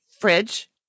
fridge